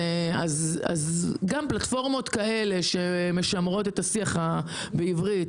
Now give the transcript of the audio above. פלטפורמות כאלה שמשמרות את השיח בעברית